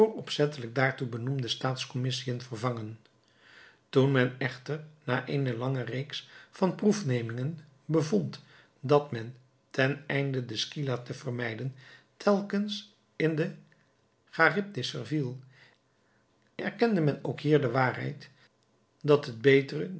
opzettelijk daartoe benoemde staatscommissiën vervangen toen men echter na eene lange reeks van proefnemingen bevond dat men ten einde de scylla te vermijden telkens in de charybdis verviel erkende men ook hier de waarheid van het